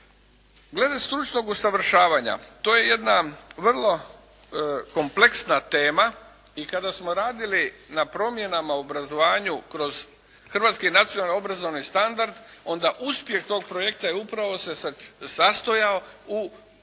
Glede stručnog usavršavanja to je jedna vrlo kompleksna tema i kada smo radili na promjenama u obrazovanju kroz hrvatski nacionalni obrazovni standard, onda uspjeh tog projekta upravo se sastojao u poduci,